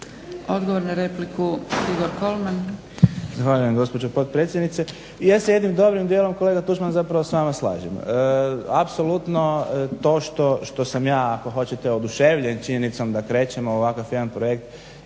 Odgovor na repliku Igor Kolman.